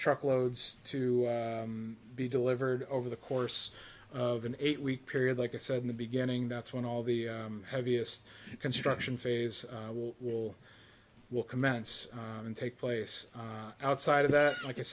truckloads to be delivered over the course of an eight week period like i said in the beginning that's when all the heaviest construction phase will will will commence and take place outside of that like i